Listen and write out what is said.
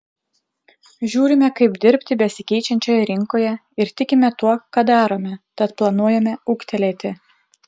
žiūrime kaip dirbti besikeičiančioje rinkoje ir tikime tuo ką darome tad planuojame ūgtelėti